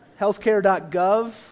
Healthcare.gov